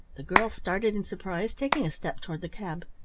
the girl started in surprise, taking a step toward the cab.